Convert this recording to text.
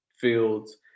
fields